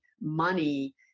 money